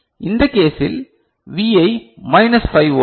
எனவே இந்த கேசில் Vi மைனஸ் 5 வோல்ட் முதல் பிளஸ் 5 வோல்ட்